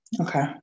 Okay